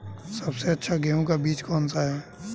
सबसे अच्छा गेहूँ का बीज कौन सा है?